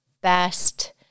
best